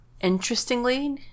interestingly